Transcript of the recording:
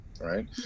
right